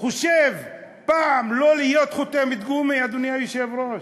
חושב פעם לא להיות חותמת גומי, אדוני היושב-ראש?